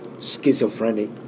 schizophrenic